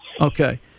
Okay